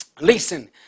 Listen